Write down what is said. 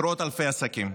עשרות אלפי עסקים.